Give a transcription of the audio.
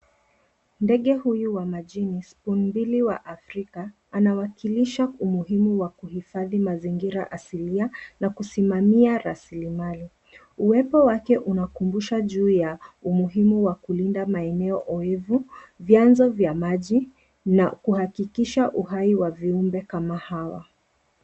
Ndege huyu wa majini spoonbill wa Afrika anawakilisha umuhimu wa kuhifadhi mazingira asilia na kusimamia rasilimali. Uwepo wake unakumbusha juu ya umuhimu wa kulinda maeneo oevu, vianzo vya maji na kuhakikisha uhai wa viumbe kama hawa.